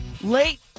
late